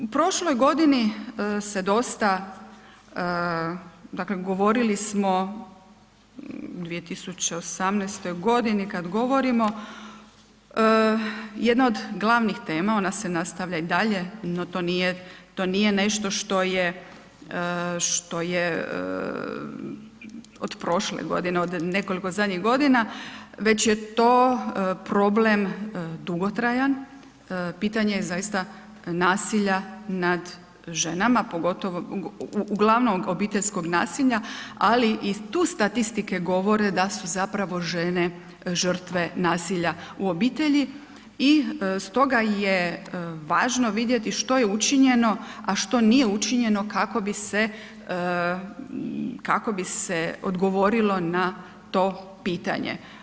U prošloj godini se dosta, dakle govorili smo, 2018.g. kad govorimo, jedna od glavnih tema ona se nastavlja i dalje, no to nije, to nije nešto što je, što je od prošle godine, od nekoliko zadnjih godina, već je to problem dugotrajan, pitanje je zaista nasilja nad ženama, pogotovo, uglavnom obiteljskog nasilja, ali i tu statistike govore da su zapravo žene žrtve nasilja u obitelji i stoga je važno vidjeti što je učinjeno, a što nije učinjeno kako bi se, kako bi se odgovorilo na to pitanje.